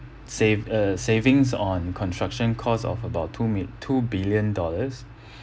sav~ uh savings on construction cost of about two mi~ two billion dollars